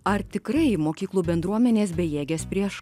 ar tikrai mokyklų bendruomenės bejėgės prieš